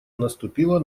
наступила